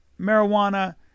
marijuana